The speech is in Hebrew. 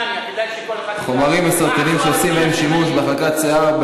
אין מתנגדים, אין נמנעים.